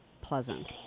pleasant